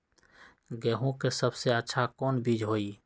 गेंहू के सबसे अच्छा कौन बीज होई?